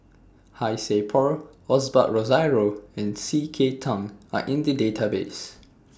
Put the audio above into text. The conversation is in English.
Han Sai Por Osbert Rozario and C K Tang Are in The Database